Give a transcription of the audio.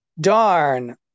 darn